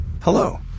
Hello